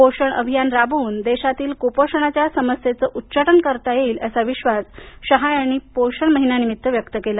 पोषण अभियान राबवून देशातील कुपोषणाच्या समस्येचं उच्चाटन करता येईल असा विश्वास शहा यांनी पोषण महिन्या निमित्त व्यक्त केला